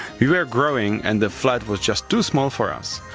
we were growing and the flat was just too small for us,